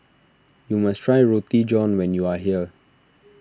you must try Roti John when you are here